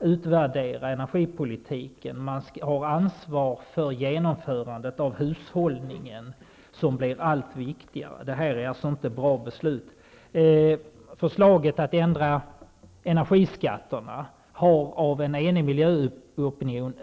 utvärdera energipolitiken och har ansvaret för genomförandet av hushållningen, som blir allt viktigare. Det var alltså inte något bra beslut. Förslaget att ändra energiskatterna har utdömts av en enig miljöopinion.